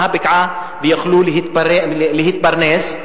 ויוכלו להתפרנס.